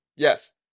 Yes